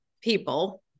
people